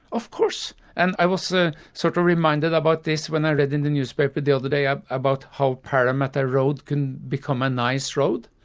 of course. and i was sort of reminded about this when i read in the newspaper the other day ah about how parramatta road can become a nice road,